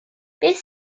beth